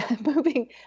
moving